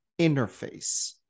interface